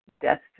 death